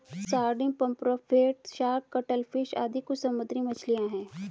sardine, pomfret, shark, cuttlefish आदि कुछ समुद्री मछलियाँ हैं